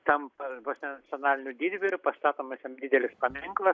tampa vos ne nacionaliniu didvyriu pastatomas jam didelis paminklas